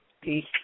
Peace